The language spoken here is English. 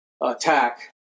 attack